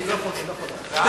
אני לא יכול, בעד.